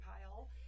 pile